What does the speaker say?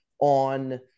on